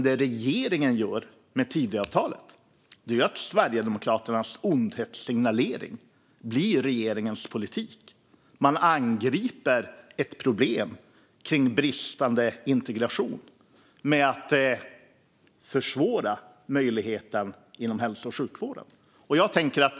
Det regeringen gör med Tidöavtalet är att Sverigedemokraternas ondhetssignalering blir regeringens politik. Man angriper problemet med bristande integration med att försvåra denna möjlighet inom hälso och sjukvården.